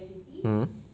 mm